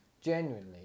genuinely